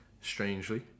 Strangely